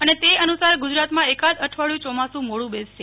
અને તે અનુસાર ગુજરાતમાં એકાદ અઠવાડિયુ યોમાસુ મોડુ બેસશે